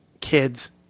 kids